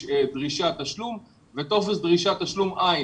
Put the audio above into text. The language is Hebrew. דרישת תשלום אבל טופס דרישת תשלום - אין.